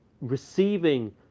receiving